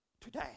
Today